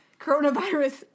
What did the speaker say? Coronavirus